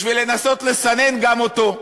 בשביל לנסות לסנן גם אותו.